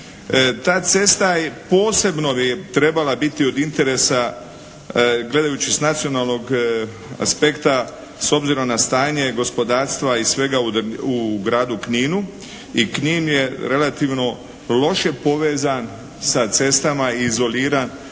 Ta cesta posebno bi trebala biti od interesa gledajući s nacionalnog aspekta s obzirom na stanje gospodarstva i svega u gradu Kninu i Knin je relativno loše povezan sa cestama, izoliran